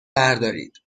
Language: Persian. بردارید